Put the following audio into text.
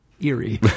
Eerie